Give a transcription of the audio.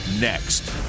Next